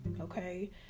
okay